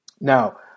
Now